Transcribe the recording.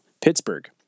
Pittsburgh